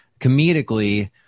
comedically